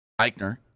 Eichner